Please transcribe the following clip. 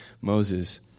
Moses